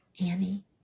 Annie